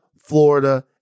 Florida